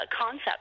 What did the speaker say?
concept